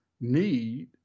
need